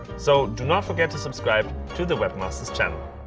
so do not forget to subscribe to the webmasters channel.